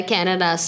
Canada